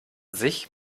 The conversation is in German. sich